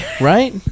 Right